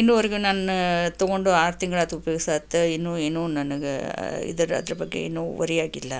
ಇನ್ನೂವರೆಗೂ ನಾನು ತಗೊಂಡು ಆರು ತಿಂಗಳು ಆಯಿತು ಉಪಯೋಗಿಸಾತು ಇನ್ನೂ ಏನೂ ನನಗೆ ಇದರ ಅದರ ಬಗ್ಗೆ ಏನೂ ವರಿ ಆಗಿಲ್ಲ